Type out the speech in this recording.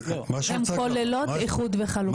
הן כוללות איחוד וחלוקה.